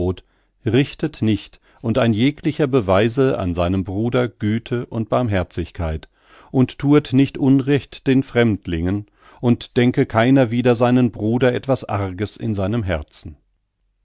richtet recht und ein jeglicher beweise an seinem bruder güte und barmherzigkeit und thuet nicht unrecht den fremdlingen und denke keiner wider seinen bruder etwas arges in seinem herzen